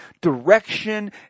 direction